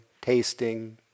tasting